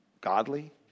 godly